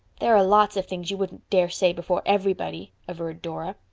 there are lots of things you wouldn't dare say before everybody, averred dora.